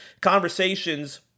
conversations